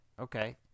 Okay